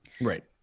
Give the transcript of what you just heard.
right